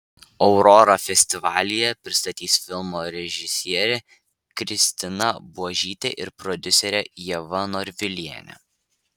aurorą festivalyje pristatys filmo režisierė kristina buožytė ir prodiuserė ieva norvilienė